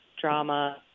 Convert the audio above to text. drama